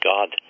God